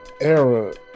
era